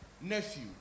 nephew